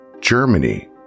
Germany